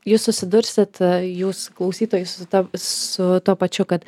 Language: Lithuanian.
jūs susidursit jūs klausytojai su tuo su tuo pačiu kad